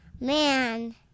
Man